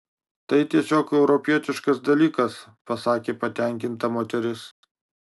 tai tiesiog europietiškas dalykas pasakė patenkinta moteris